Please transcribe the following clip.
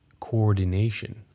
coordination